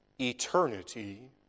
eternity